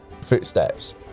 footsteps